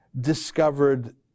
discovered